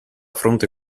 fronte